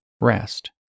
rest